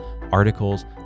articles